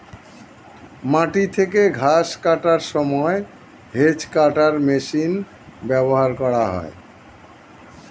মাটি থেকে ঘাস কাটার সময় হেজ্ কাটার মেশিন ব্যবহার করা হয়